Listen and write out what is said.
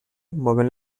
movent